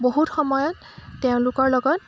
বহুত সময়ত তেওঁলোকৰ লগত